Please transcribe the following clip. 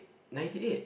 ninety eight